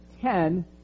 ten